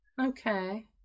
Okay